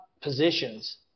positions